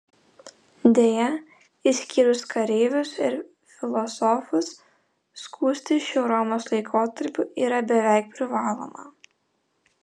deja išskyrus kareivius ir filosofus skustis šiuo romos laikotarpiu yra beveik privaloma